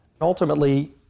Ultimately